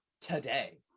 today